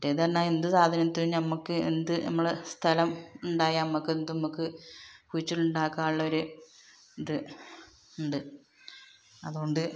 മറ്റേതെന്നു പറഞ്ഞാൽ എന്തു സാധനത്തിനും നമുക്ക് എന്ത് നമ്മൾ സ്ഥലം ഉണ്ടായാൽ നമുക്ക് കുഴിച്ചിട്ട് ഉണ്ടാക്കാനെന്നുള്ളൊരു ഇത് ഉണ്ട് അതു കൊണ്ട്